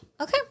Okay